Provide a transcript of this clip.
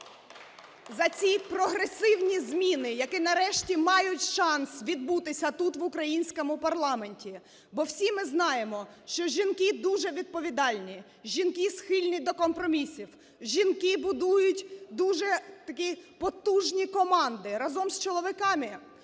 за ці прогресивні зміни, які нарешті мають шанс відбутися тут, в українському парламенті, бо всі ми знаємо, що жінки дуже відповідальні, жінки схильні до компромісів, жінки будують дуже такі потужні команди разом з чоловіками,